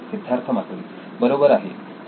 सिद्धार्थ मातुरी बरोबर आहे सर